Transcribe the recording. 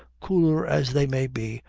cooler as they may be,